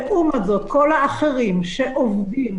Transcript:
לעומת זאת, כל האחרים שעובדים,